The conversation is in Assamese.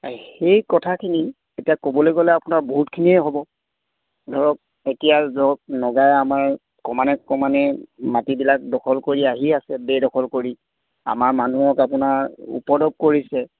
সেই কথাখিনি এতিয়া ক'বলৈ গ'লে আপোনাৰ বহুতখিনিয়ে হ'ব ধৰক এতিয়া য'ত নগাই আমাৰ ক্ৰমান্ৱয়ে ক্ৰমান্ৱয়ে মাটিবিলাক দখল কৰি আহি আছে বেদখল কৰি আমাৰ মানুহক আপোনাৰ উপদ্ৰৱ কৰিছে